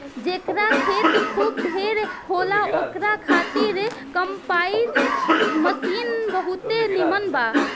जेकरा खेत खूब ढेर होला ओकरा खातिर कम्पाईन मशीन बहुते नीमन बा